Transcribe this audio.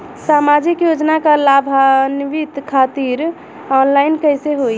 सामाजिक योजना क लाभान्वित खातिर ऑनलाइन कईसे होई?